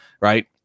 right